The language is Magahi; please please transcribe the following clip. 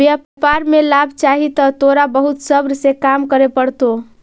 व्यापार में लाभ चाहि त तोरा बहुत सब्र से काम करे पड़तो